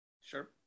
Sure